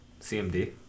CMD